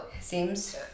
Seems